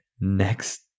next